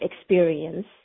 experience